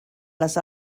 les